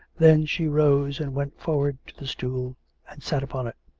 then she rose and went forward to the stool and sat upon it.